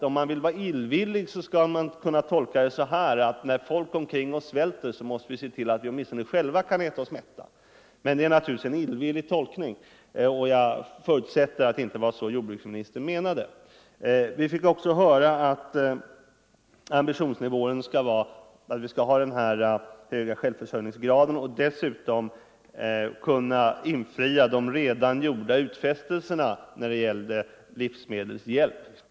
Vill man vara illvillig kan man tolka det så, att när människorna i världen svälter måste vi se till att åtminstone vi själva kan äta oss mätta. Men det är naturligtvis en illvillig tolkning, och jag förutsätter att det inte var så jordbruksministern menade. Jordbruksministern sade också att Sverige skall ha en hög självförsörjningsgrad för att dessutom kunna infria de redan gjorda utfästelserna när det gäller livsmedelshjälp.